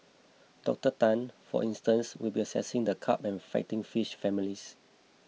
Doctor Tan for instance will be assessing the carp and fighting fish families